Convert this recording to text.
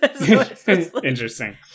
Interesting